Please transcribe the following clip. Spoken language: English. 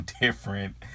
different